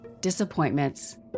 disappointments